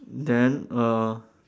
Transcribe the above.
then err